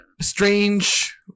strange